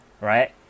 right